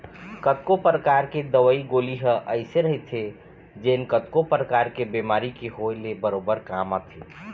कतको परकार के दवई गोली ह अइसे रहिथे जेन कतको परकार के बेमारी के होय ले बरोबर काम आथे